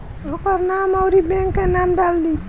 ओकर नाम अउरी बैंक के नाम डाल दीं